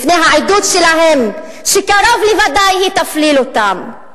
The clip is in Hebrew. מפני העדות שלהם, שקרוב לוודאי היא תפליל אותם?